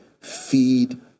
Feed